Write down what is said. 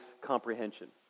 comprehension